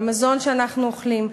המזון שאנחנו אוכלים,